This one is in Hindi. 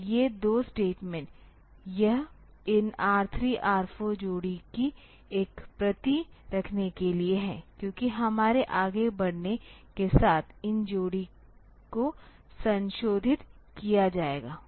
तो ये दो स्टेटमेंट यह इन R3 R4 जोड़ी की एक प्रति रखने के लिए है क्योंकि हमारे आगे बढ़ने के साथ इस जोड़ी को संशोधित किया जाएगा